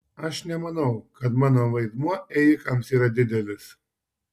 aš nemanau kad mano vaidmuo ėjikams yra didelis